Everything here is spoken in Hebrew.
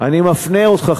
אני מפנה אותך,